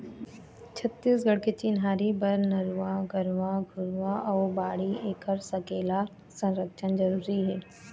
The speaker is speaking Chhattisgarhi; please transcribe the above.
छत्तीसगढ़ के चिन्हारी बर नरूवा, गरूवा, घुरूवा अउ बाड़ी ऐखर सकेला, संरक्छन जरुरी हे